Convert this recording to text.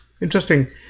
Interesting